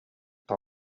eta